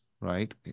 right